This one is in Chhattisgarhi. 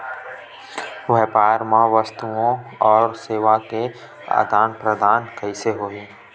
व्यापार मा वस्तुओ अउ सेवा के आदान प्रदान कइसे होही?